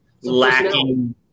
lacking